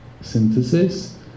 synthesis